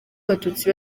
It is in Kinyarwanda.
abatutsi